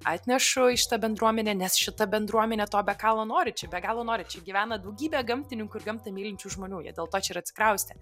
atnešu į šitą bendruomenę nes šita bendruomenė to be galo nori čia be galo nori čia gyvena daugybė gamtininkų ir gamtą mylinčių žmonių jie dėl to čia ir atsikraustė